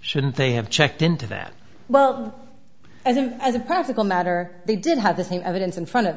shouldn't they have checked into that well and then as a practical matter they did have the same evidence in front of